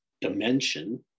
dimension